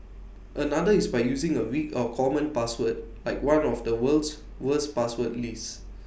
another is by using A weak or common password like one on the world's worst password list